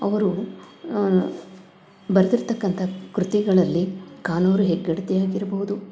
ಅವರು ಬರೆದಿರ್ತಕ್ಕಂತ ಕೃತಿಗಳಲ್ಲಿ ಕಾನೂರು ಹೆಗ್ಗಡ್ತಿ ಆಗಿರ್ಬೋದು